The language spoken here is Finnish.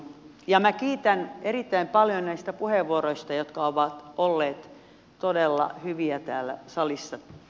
minä kiitän erittäin paljon näistä puheenvuoroista jotka ovat olleet todella hyviä täällä salissa